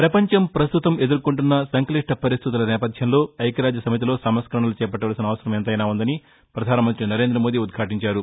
ప్రపంచం ప్రస్తుతం ఎదుర్కొంటున్న సంక్లిష్ట పరిస్దితుల నేపథ్యంలో ఐక్యరాజ్యసమితిలో సంస్కరణలు చేపట్టవలసిన అవసరం ఎంతైనా ఉందని ప్రధానమంతి నరేంద మోదీ ఉద్వాటించారు